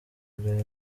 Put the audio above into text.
kureba